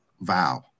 vow